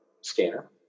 scanner